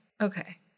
okay